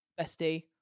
bestie